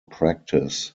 practice